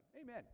Amen